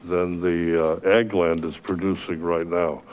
than the ag land is producing right now